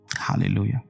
Hallelujah